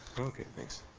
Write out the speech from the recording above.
ok, thanks.